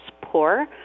poor